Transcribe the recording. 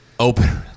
Open